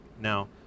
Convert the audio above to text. Now